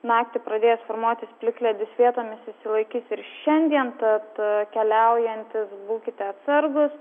naktį pradės formuotis plikledis vietomis išsilaikys ir šiandien tad keliaujantys būkite atsargūs